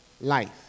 life